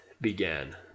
began